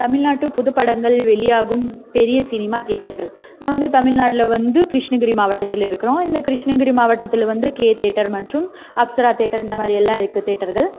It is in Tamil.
தமிழ்நாட்டு புதுப்படங்கள் வெளியாகும் பெரிய சினிமா தேட்டர்கள் நான் வந்து தமிழ்நாட்டில் வந்து கிருஷ்ணகிரி மாவட்டத்தில் இருக்கிறோம் இந்த கிருஷ்ணகிரி மாவட்டத்தில் வந்து கே தேட்டர் மற்றும் அப்சரா தேட்டர் இந்த மாதிரியெல்லாம் இருக்குது தேட்டர்கள்